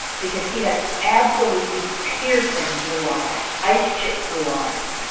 because he has absolutely piercing blue eyes ice-chip blue eyes.